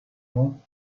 room